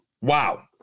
Wow